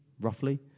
roughly